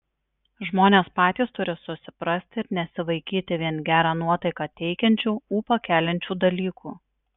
žmonės patys turi susiprasti ir nesivaikyti vien gerą nuotaiką teikiančių ūpą keliančių dalykų